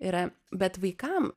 yra bet vaikam